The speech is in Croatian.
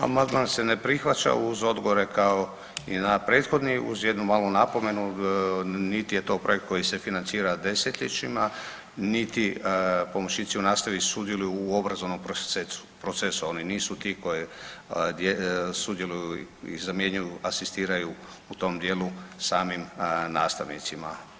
Amandman se ne prihvaća uz odgovore kao i na prethodni uz jednu malu napomenu, niti je to projekt koji se financira desetljećima niti pomoćnici u nastavi sudjeluju u obrazovnom procesu, oni nisu ti koji sudjeluju i zamjenjuju, asistiraju u tom dijelu samim nastavnicima.